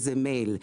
מייל,